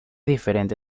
diferente